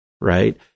right